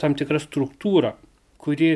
tam tikra struktūra kuri